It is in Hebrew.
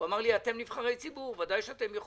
הוא אמר לי: אתם נבחרי ציבור, בוודאי שאתם יכולים.